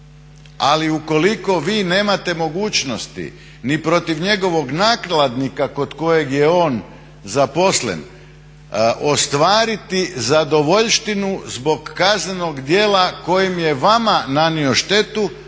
ali ukoliko vi nemate mogućnosti ni protiv njegovog nakladnika kod kojeg je on zaposlen ostvariti zadovoljštinu zbog kaznenog djela kojim je vama nanio štetu,